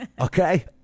Okay